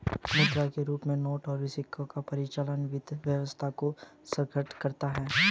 मुद्रा के रूप में नोट और सिक्कों का परिचालन वित्तीय व्यवस्था को सुदृढ़ करता है